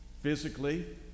Physically